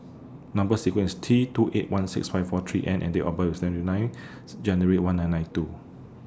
Number sequence IS T two eight one six five four three N and Date of birth IS twenty ninth January one nine nine two